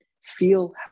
feel